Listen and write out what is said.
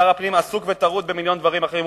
שר הפנים עסוק וטרוד במיליון דברים אחרים.